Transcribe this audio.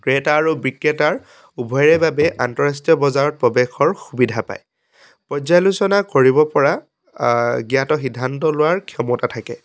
ক্ৰেতা আৰু বিক্ৰেতাৰ উভয়ৰে বাবে আন্তঃৰাষ্ট্ৰীয় বজাৰত প্ৰৱেশৰ সুবিধা পায় পৰ্যালোচনা কৰিব পৰা জ্ঞাত সিদ্ধান্ত লোৱাৰ ক্ষমতা থাকে